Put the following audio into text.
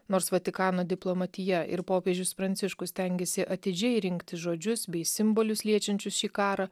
nors vatikano diplomatija ir popiežius pranciškus stengiasi atidžiai rinktis žodžius bei simbolius liečiančius šį karą